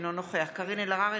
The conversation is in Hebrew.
אינו נוכח קארין אלהרר,